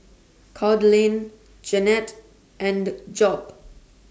Claudine Jennette and Job